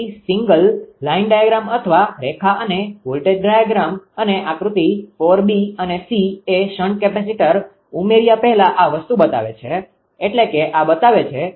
તેથી single line diagram અથવા રેખા અને વોલ્ટેજ ડાયાગ્રામ અને આકૃતિ 4 અને એ શન્ટ કેપેસિટર ઉમેર્યા પહેલા આ વસ્તુ બતાવે છે એટલે કે આ બતાવે છે